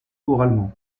oralement